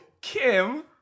Kim